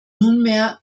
nunmehr